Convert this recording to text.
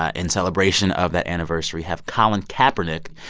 ah in celebration of that anniversary, have colin kaepernick.